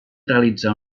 realitzar